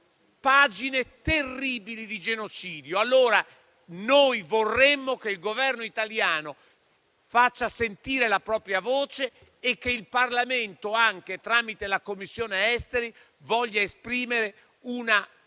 pagine terribili di genocidio. Noi vorremmo che il Governo italiano faccia sentire la propria voce e anche il Parlamento, tramite la Commissione esteri, voglia esprimere una